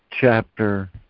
chapter